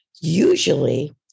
usually